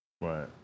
Right